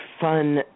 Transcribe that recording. fun